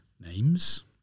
names